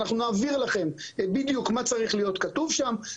אנחנו נעביר לכם בדיוק מה צריך להיות כתוב שם.